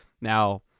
now